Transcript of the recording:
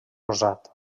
rosat